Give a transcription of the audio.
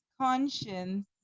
conscience